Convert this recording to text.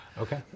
Okay